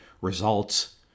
results